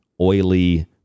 oily